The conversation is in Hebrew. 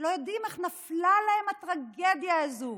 ולא יודעים איך נפלה עליהם הטרגדיה הזו?